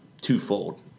twofold